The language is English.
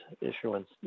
issuance